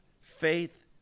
faith